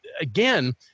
again